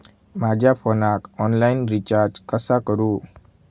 माझ्या फोनाक online recharge कसा करू?